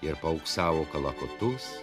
ir paauksavo kalakutus